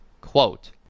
quote